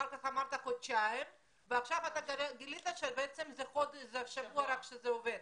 אחר כך אמרת חודשיים ועכשיו גילית שרק שבוע שזה עובד.